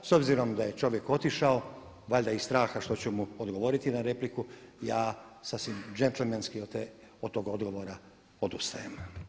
S obzirom da je čovjek otišao valjda iz straha što ću mu odgovoriti na repliku, ja sasvim džentlmenski od tog odgovora odustajem.